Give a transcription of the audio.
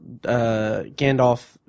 Gandalf